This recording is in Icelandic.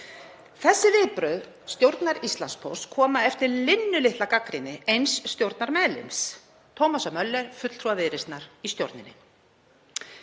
Þessi viðbrögð stjórnar Íslandspóst koma eftir linnulitla gagnrýni eins stjórnarmeðlims, Thomasar Möllers, fulltrúa Viðreisnar í stjórninni.